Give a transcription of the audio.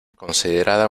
considerada